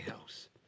house